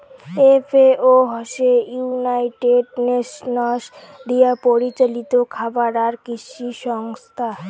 FAO হসে United Nations দিয়াপরিচালিত খাবার আর কৃষি সংস্থা